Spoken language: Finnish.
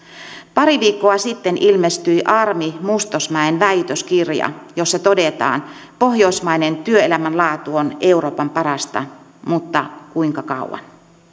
pari viikkoa sitten ilmestyi armi mustosmäen väitöskirja jossa todetaan pohjoismainen työelämän laatu on euroopan parasta mutta kuinka kauan